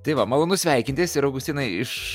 tai va malonu sveikintis ir augustinai iš